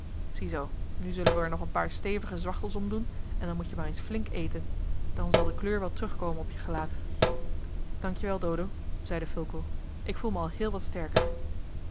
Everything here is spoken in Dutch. zoo nu zullen we er nog een paar stevige zwachtels omdoen en dan moet je maar eens flink eten dan zal de kleur wel terugkomen op je gelaat dank je wel dodo zeide fulco ik voel me al heel wat sterker